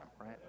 right